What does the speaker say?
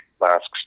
masks